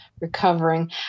recovering